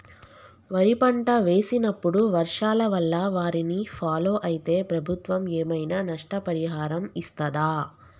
వరి పంట వేసినప్పుడు వర్షాల వల్ల వారిని ఫాలో అయితే ప్రభుత్వం ఏమైనా నష్టపరిహారం ఇస్తదా?